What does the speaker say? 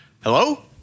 Hello